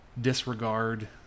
disregard